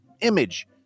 image